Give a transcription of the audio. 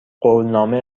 قولنامه